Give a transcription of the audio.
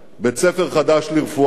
בית-ספר חדש לרפואה,